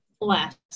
last